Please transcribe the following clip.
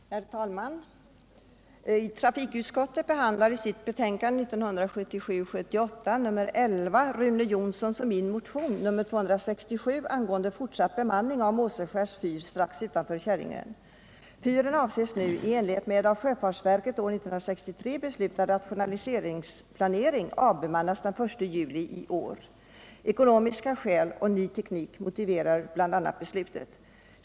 Herr talman! Trafikutskottet behandlar i sitt betänkande 1977/78:11 Rune Johnssons och min motion nr 267 om fortsatt bemanning av Måseskärs fyr. Fyren avses nu i enlighet med av sjöfartsverket år 1963 beslutade rationaliseringsplanering avbemannas den 1 juli i år. Bl. a. ekonomiska skäl och ny teknik motiverar beslutet.